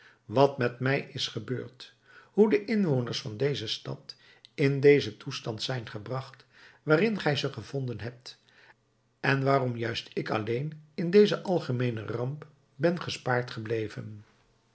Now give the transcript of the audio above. wat met mij is gebeurd hoe de inwoners van deze stad in den toestand zijn gebragt waarin gij ze gevonden hebt en waarom juist ik alleen in deze algemeene ramp ben gespaard gebleven